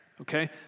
Okay